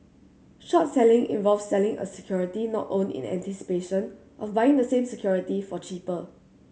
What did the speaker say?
short selling involves selling a security not owned in anticipation of buying the same security for cheaper